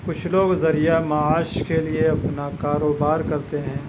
کچھ لوگ ذریعہ معاش کے لیے اپنا کاروبار کرتے ہیں